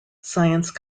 science